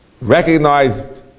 recognized